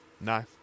no